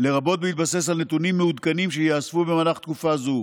לרבות בהתבסס על נתונים מעודכנים שייאספו במהלך תקופה זו.